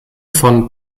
von